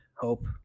Hope